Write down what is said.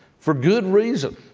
for good reason.